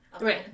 Right